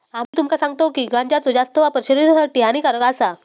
आम्ही तुमका सांगतव की गांजाचो जास्त वापर शरीरासाठी हानिकारक आसा